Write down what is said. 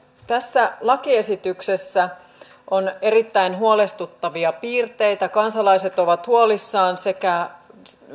tässä lakiesityksessä on erittäin huolestuttavia piirteitä kansalaiset ovat huolissaan sekä